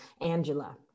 Angela